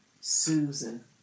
Susan